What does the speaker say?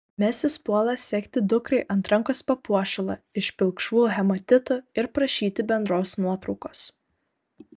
mesis puola segti dukrai ant rankos papuošalą iš pilkšvų hematitų ir prašyti bendros nuotraukos